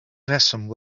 reswm